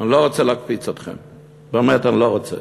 אני לא רוצה להקפיץ אתכם, באמת אני לא רוצה,